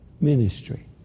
ministry